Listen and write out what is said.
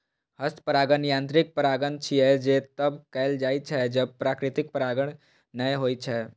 हस्त परागण यांत्रिक परागण छियै, जे तब कैल जाइ छै, जब प्राकृतिक परागण नै होइ छै